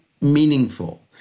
meaningful